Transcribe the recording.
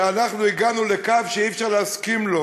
שאנחנו הגענו לקו שאי-אפשר להסכים לו,